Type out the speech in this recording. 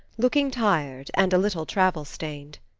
looking tired and a little travel-stained.